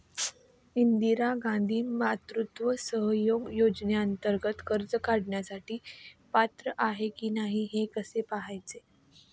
इंदिरा गांधी मातृत्व सहयोग योजनेअंतर्गत अर्ज करण्यासाठी पात्र आहे की नाही हे कसे पाहायचे?